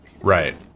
Right